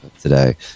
today